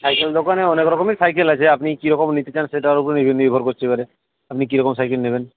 cycle দোকানে অনেক রকমই সাইকেল আছে আপনি কী রকম নিতে চান সেটার উপরে নি নির্ভর করছে এবারে আপনি কী রকম সাইকেল নেবেন